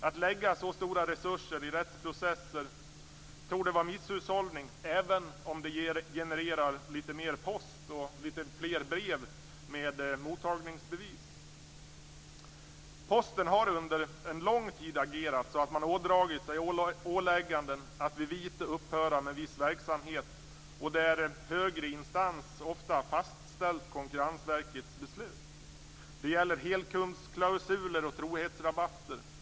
Att lägga så stora resurser i rättsprocesser torde vara misshushållning även om det genererar litet mer post och litet fler brev med mottagningsbevis. Posten har under en lång tid agerat så att man har ådragit sig ålägganden att vid vite upphöra med viss verksamhet och där högre instans ofta fastställt Konkurrensverkets beslut. Det gäller helkundsklausuler och trohetsrabatter.